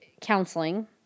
counseling